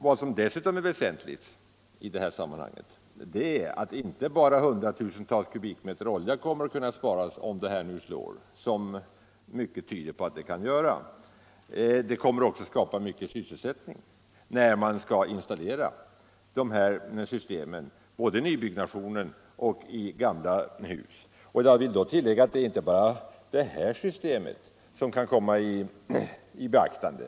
Vad som dessutom är väsentligt i detta sammanhang är att inte bara hundratusentals kubikmeter olja kommer att kunna sparas, om detta uppvärmningssystem slår så som mycket tyder på att det kan göra, utan att det också kommer att skapas sysselsättning när dessa system skall installeras i nyproduktionen och i gamla hus. Jag vill tillägga att det inte bara är det här systemet som bör komma i beaktande.